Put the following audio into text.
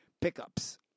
pickups